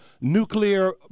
nuclear